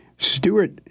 Stewart